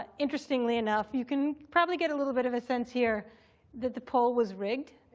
ah interestingly enough, you can probably get a little bit of a sense here that the poll was rigged.